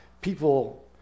People